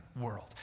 world